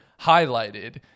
highlighted